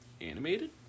Animated